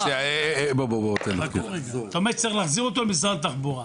אתה אומר שצריך להחזיר אותו למשרד התחבורה,